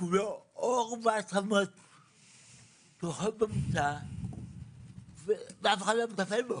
כולו עור ועצמות, שוכב במיטה ואף אחד לא מטפל בו.